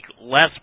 less